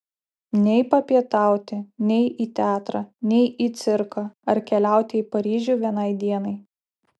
nei papietauti nei į teatrą nei į cirką ar keliauti į paryžių vienai dienai